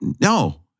No